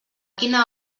quina